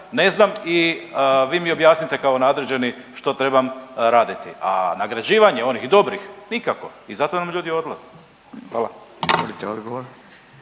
ne znam i vi mi objasnite kao nadređeni što trebam raditi. A nagrađivanje onih dobrih, nikako i zato nam ljudi i odlaze. Hvala.